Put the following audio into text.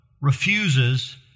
refuses